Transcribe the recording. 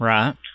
Right